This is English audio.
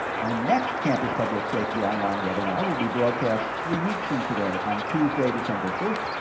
our next campus public safety online webinar will be broadcast three weeks from today on tuesday, december first,